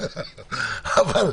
נכון.